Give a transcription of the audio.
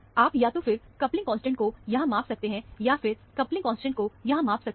आप या तो फिर कपलिंग कांस्टेंट को यहां माप सकते हैं या फिर कपलिंग कांस्टेंट को यहां माप सकते हैं